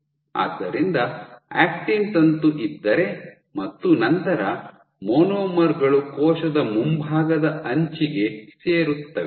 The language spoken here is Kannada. ಆದ್ದರಿಂದ ಆಕ್ಟಿನ್ ತಂತು ಇದ್ದರೆ ಮತ್ತು ನಂತರ ಮಾನೋಮರ್ ಗಳು ಕೋಶದ ಮುಂಭಾಗದ ಅಂಚಿಗೆ ಸೇರುತ್ತವೆ